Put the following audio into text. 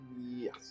Yes